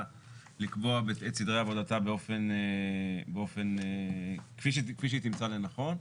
לקבוע את סדרי עבודתה כפי שהיא תמצא לנכון.